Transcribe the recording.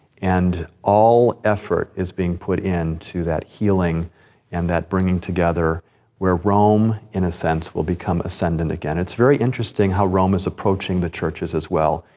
and all effort is being put in to that healing and that bringing together where rome, in a sense, will become ascendant again. it's very interesting how rome is approaching the churches as well.